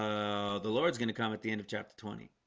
the lord's going to come at the end of chapter twenty